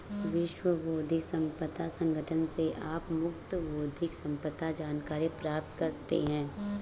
विश्व बौद्धिक संपदा संगठन से आप मुफ्त बौद्धिक संपदा जानकारी प्राप्त करते हैं